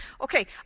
Okay